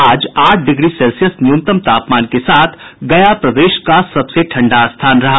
आज आठ degree Celsius न्यूनतम तापमान के साथ गया प्रदेश का सबसे ठंडा स्थान रहा